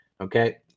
okay